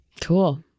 cool